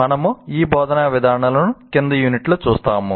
మనము ఈ బోధనా విధానాలను క్రింది యూనిట్లలో చూస్తాము